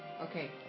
Okay